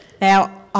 Now